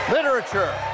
Literature